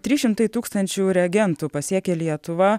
trys šimtai tūkstančių reagentų pasiekė lietuvą